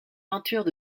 peintures